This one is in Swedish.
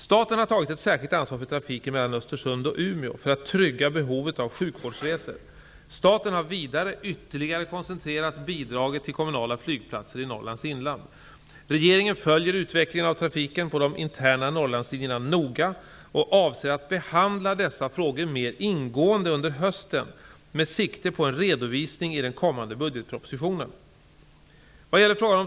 Staten har tagit ett särskilt ansvar för trafiken mellan Östersund och Umeå för att trygga behovet av sjukvårdsresor. Staten har vidare ytterligare koncentrerat bidraget till kommunala flygplatser i Regeringen följer utvecklingen av trafiken på de interna Norrlandslinjerna noga och avser att behandla dessa frågor mer ingående under hösten med sikte på en redovisning i den kommande budgetpropositionen.